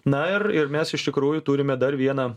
na ir ir mes iš tikrųjų turime dar vieną